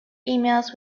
emails